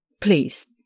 Please